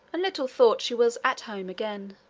little thought she was at home again.